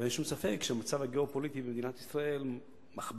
ואין שום ספק שהמצב הגיאו-פוליטי במדינת ישראל מכביד